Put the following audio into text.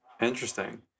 interesting